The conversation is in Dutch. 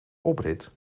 oprit